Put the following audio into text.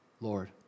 Lord